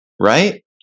right